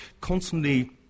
constantly